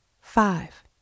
five